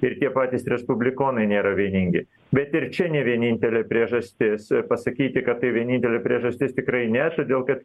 ir tie patys respublikonai nėra vieningi bet ir čia ne vienintelė priežastis pasakyti kad tai vienintelė priežastis tikrai ne todėl kad